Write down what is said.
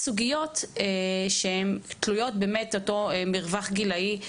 סוגיות שהן תלויות באותו מרווח גילאים,